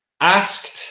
asked